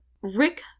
Rick